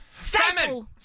Salmon